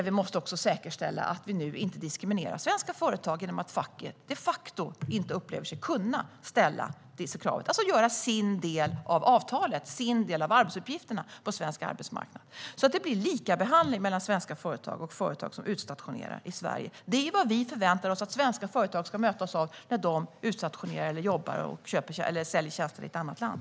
Vi måste nu säkerställa att svenska företag inte diskrimineras genom att facket de facto inte upplever sig kunna ställa samma krav, alltså göra sin del av avtalet, sin del av arbetsuppgifterna på svensk arbetsmarknad, så att det blir likabehandling av svenska företag och företag som utstationerar i Sverige. Det är vad vi förväntar oss att svenska företag ska mötas av när de utstationerar eller säljer tjänster i ett annat land.